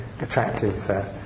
attractive